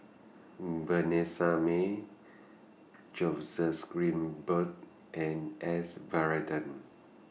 Vanessa Mae Jose's Grimberg and S Varathan